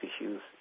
issues